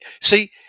See